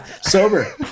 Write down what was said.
Sober